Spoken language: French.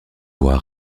voit